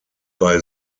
bei